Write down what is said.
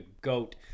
GOAT